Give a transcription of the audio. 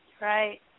Right